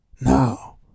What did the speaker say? now